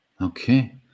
Okay